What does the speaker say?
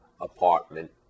apartment